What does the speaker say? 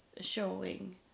showing